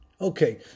Okay